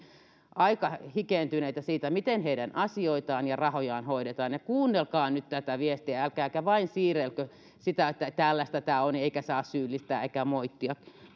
aika hikeentyneitä siitä miten heidän asioitaan ja rahojaan hoidetaan kuunnelkaa nyt tätä viestiä älkääkä vain siirrelkö sitä niin että tällaista tämä on eikä saa syyllistää eikä moittia